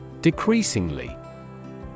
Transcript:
Decreasingly